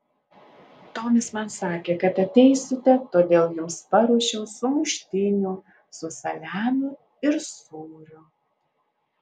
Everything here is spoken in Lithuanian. tomis man sakė kad ateisite todėl jums paruošiau sumuštinių su saliamiu ir sūriu